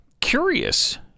Curious